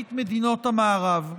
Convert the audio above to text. במרבית מדינות המערב.